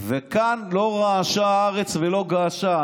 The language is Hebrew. וכאן לא רעשה הארץ ולא געשה.